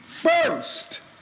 First